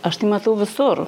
aš tai matau visur